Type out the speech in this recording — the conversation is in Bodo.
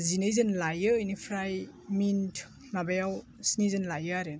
जिनै जन लायो बिनिफ्राइ मिन्थ माबायाव स्नि जन लायो आरो